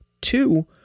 Two